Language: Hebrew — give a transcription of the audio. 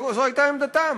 זו הייתה עמדתם,